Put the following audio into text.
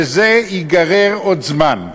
וזה ייגרר עוד זמן.